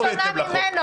במה היא שונה ממנו?